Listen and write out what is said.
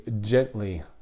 gently